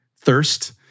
thirst